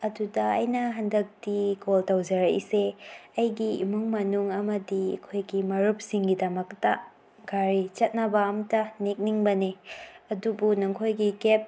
ꯑꯗꯨꯗ ꯑꯩꯅ ꯍꯟꯗꯛꯇꯤ ꯀꯣꯜ ꯇꯧꯖꯔꯛꯂꯤꯁꯦ ꯑꯩꯒꯤ ꯏꯃꯨꯡ ꯃꯅꯨꯡ ꯑꯃꯗꯤ ꯑꯩꯈꯣꯏꯒꯤ ꯃꯔꯨꯞꯁꯤꯡꯒꯤꯗꯃꯛꯇ ꯒꯥꯔꯤ ꯆꯠꯅꯕ ꯑꯃꯇ ꯅꯦꯛꯅꯤꯡꯕꯅꯤ ꯑꯗꯨꯕꯨ ꯅꯈꯣꯏꯒꯤ ꯀꯦꯕ